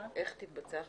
איך תתבצע החלוקה?